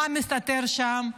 מה מסתתר שם,